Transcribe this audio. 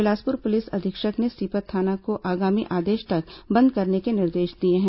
बिलासपुर पुलिस अधीक्षक ने सीपत थाना को आगामी आदेश तक बंद करने के निर्देश दिए हैं